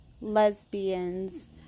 lesbians